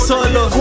Solo